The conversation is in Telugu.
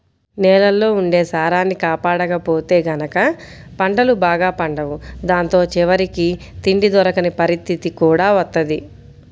నేలల్లో ఉండే సారాన్ని కాపాడకపోతే గనక పంటలు బాగా పండవు దాంతో చివరికి తిండి దొరకని పరిత్తితి కూడా వత్తది